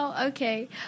Okay